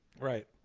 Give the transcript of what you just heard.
right